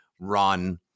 run